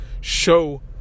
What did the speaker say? show